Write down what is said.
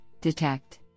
DETECT